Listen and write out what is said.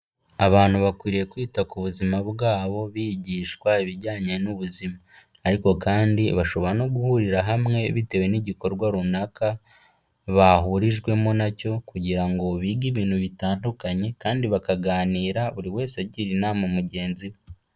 Abantu bakwiriye kwita ku buzima bwabo, bigishwa ibijyanye n'ubuzima. Ariko kandi bashobora no guhurira hamwe bitewe n'igikorwa runaka bahurijwemo nacyo, kugira ngo bige ibintu bitandukanye kandi bakaganira buri wese agira inama mugenzi we.